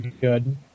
good